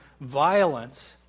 violence